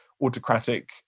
autocratic